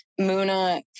Muna